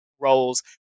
roles